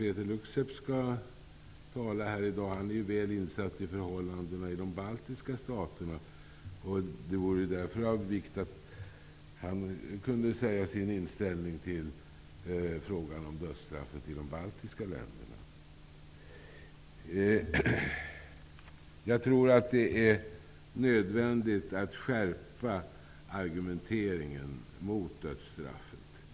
Peeter Luksep, som är väl insatt i förhållanden i de baltiska staterna, skall också tala här i kammaren i dag. Det vore av vikt att också han redovisar sin inställning till frågan om dödsstraffet i de baltiska länderna. Det är nödvändigt att skärpa argumenteringen mot dödsstraffet.